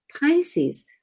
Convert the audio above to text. Pisces